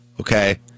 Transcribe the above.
okay